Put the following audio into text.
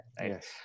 Yes